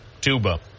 tuba